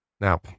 Now